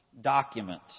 document